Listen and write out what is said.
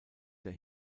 der